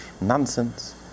nonsense